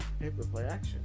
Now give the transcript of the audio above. paperplayaction